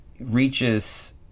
reaches